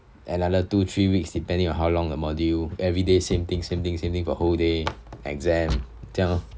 another two three weeks depending on how long the module every day same thing same thing same thine the whole day exam 这样 lor